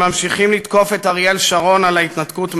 הם ממשיכים לתקוף את אריאל שרון על ההתנתקות מעזה,